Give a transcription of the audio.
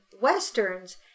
westerns